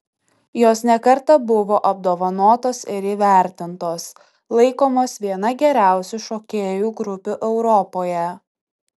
jos ne kartą buvo apdovanotos ir įvertintos laikomos viena geriausių šokėjų grupių europoje